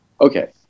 okay